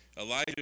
Elijah